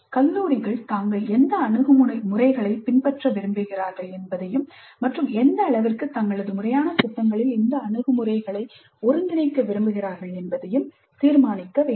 கல்லூரிகள் தாங்கள் எந்த அணுகுமுறைகளை பின்பற்ற விரும்புகிறார்கள் என்பதையும் மற்றும் எந்த அளவிற்கு தங்களது முறையான திட்டங்களில் இந்த அணுகுமுறைகளை ஒருங்கிணைக்க விரும்புகிறார்கள் என்பதையும் தீர்மானிக்க வேண்டும்